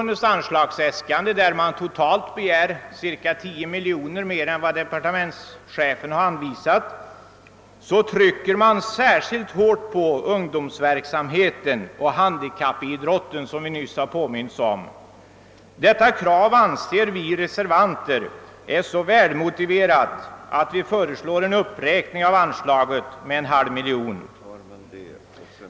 de — där man totalt begär cirka 10 miljoner kronor mer än vad departementschefen anvisat — trycker man särskilt hårt på ungdomsverksamheten och handikappidrotten såsom vi nyss har blivit påminda om. Detta krav anser vi reservanter vara så välmotiverat, att vi föreslår en uppräkning av anslaget med en halv miljon kronor.